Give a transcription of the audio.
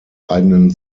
eigenen